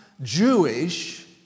Jewish